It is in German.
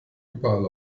überall